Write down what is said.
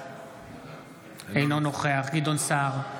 אינו נוכח גדעון סער,